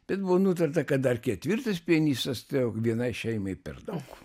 bet buvo nutarta kad dar ketvirtas pianistas tai jau vienai šeimai per daug